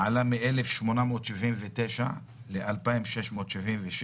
עלה מ-1,879 ל-2,676,